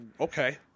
okay